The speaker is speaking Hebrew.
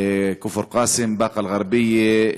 כפר-קאסם, באקה-אל-ע'רבייה,